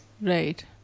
Right